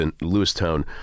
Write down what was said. Lewistown